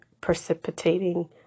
precipitating